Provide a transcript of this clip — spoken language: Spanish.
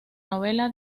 novela